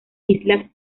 islas